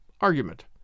argument